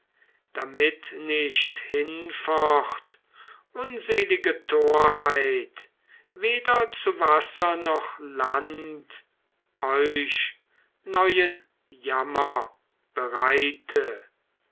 damit nicht hinfort unselige torheit weder zu wasser noch land euch neuen jammer bereite